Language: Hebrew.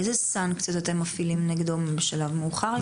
איזה סנקציות אתם מפעילים נגדו בשלב מאוחר יותר?